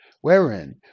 wherein